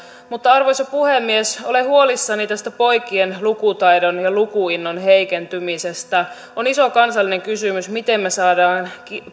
arvoisa puhemies olen huolissani poikien lukutaidon ja lukuinnon heikentymisestä on iso kansallinen kysymys miten me saamme